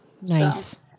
Nice